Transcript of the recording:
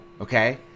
Okay